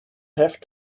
have